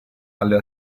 alle